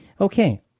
Okay